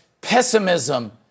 pessimism